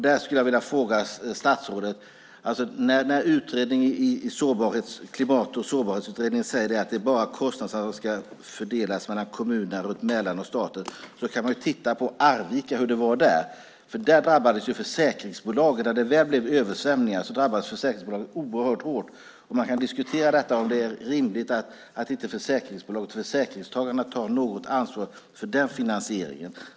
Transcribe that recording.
Där skulle jag vilja ställa en fråga till statsrådet. Klimat och sårbarhetsutredningen säger att kostnaderna ska fördelas mellan kommunerna runt Mälaren och staten. Då kan man titta på hur det var i Arvika. Där drabbades ju försäkringsbolagen. När det väl blev översvämningar drabbades försäkringsbolagen oerhört hårt. Man kan diskutera detta, om det är rimligt att inte försäkringsbolagen och försäkringstagarna tar något ansvar för den finansieringen.